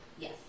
Yes